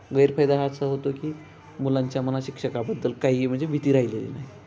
गैरफायदा हा असा होतो की मुलांच्या मना शिक्षकाबद्दल काही म्हणजे भीती राहिलेली नाही